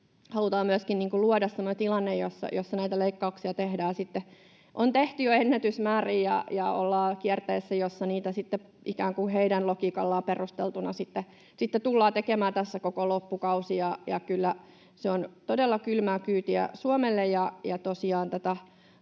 halutaan myöskin luoda semmoinen tilanne, jossa näitä leikkauksia tehdään, on tehty jo ennätysmäärin, ja ollaan kierteessä, jossa niitä sitten ikään kuin heidän logiikallaan perusteltuna tullaan tekemään tässä koko loppukausi. Kyllä se on todella kylmää kyytiä Suomelle,